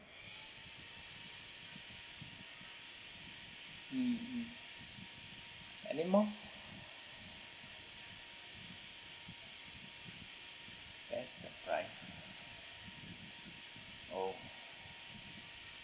mm mm anymore best surprise oh